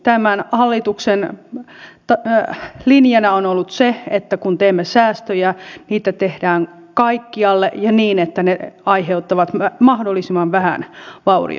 tämän hallituksen linjana on ollut se että kun teemme säästöjä niitä tehdään kaikkialle ja niin että ne aiheuttavat mahdollisimman vähän vaurioita